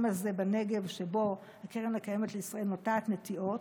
הזה בנגב שבו הקרן הקיימת לישראל נוטעת נטיעות,